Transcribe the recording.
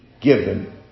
given